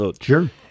Sure